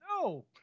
no